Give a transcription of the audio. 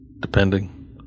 depending